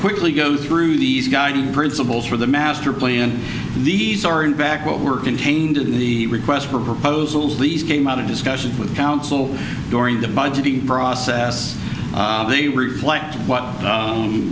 quickly go through these guiding principles for the master plan these are in fact what were contained in the request for proposals these came out of discussions with council during the budgeting process they reflect what